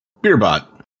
Beerbot